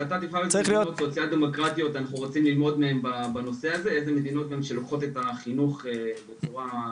אנחנו רוצים ללמוד ממדינות שלוקחות את החינוך בצורה,